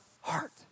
heart